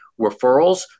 referrals